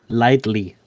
lightly